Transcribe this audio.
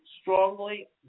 strongly